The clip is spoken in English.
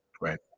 Right